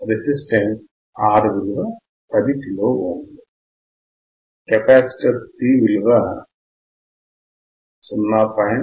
resistance R విలువ 10 kilo ఒములు capacitor C విలువ 0